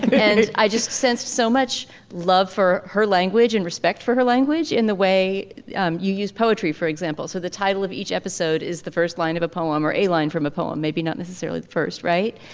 and i just sense so much love for her language and respect for her language in the way um you use poetry for example. so the title of each episode is the first line of a poem or a line from a poem maybe not necessarily the first right.